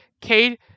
Cade